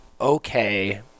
okay